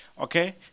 okay